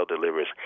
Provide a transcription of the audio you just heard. delivers